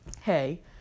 hey